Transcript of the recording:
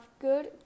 good